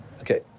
Okay